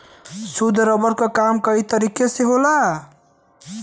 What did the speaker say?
शुद्ध रबर क काम कई तरे क होला